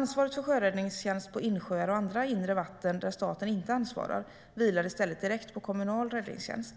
Ansvaret för sjöräddningstjänst på insjöar och andra inre vatten där staten inte har ansvaret vilar i stället direkt på kommunal räddningstjänst.